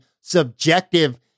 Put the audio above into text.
subjective